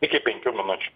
iki penkių minučių